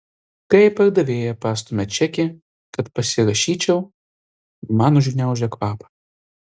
kai pardavėja pastumia čekį kad pasirašyčiau man užgniaužia kvapą